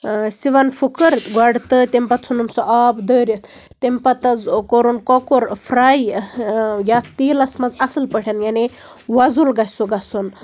سِوَن پھُکَر گۄڈٕ تہٕ تَمہِ پَتہٕ ژھُنُن سُہ آب دٲرِتھ تَمہِ پَتہٕ حظ کوٚرُن کۄکُر فراے یَتھ تیٖلَس منٛز اَصٕل پٲٹھۍ یعنی وۄزُل گژھِ سُہ گژھُن